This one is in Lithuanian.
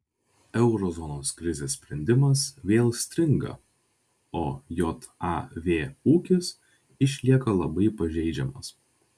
euro zonos krizės sprendimas vėl stringa o jav ūkis išlieka labai pažeidžiamas